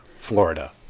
Florida